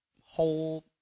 whole